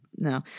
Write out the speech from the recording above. No